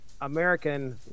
American